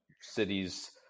cities